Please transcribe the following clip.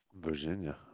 Virginia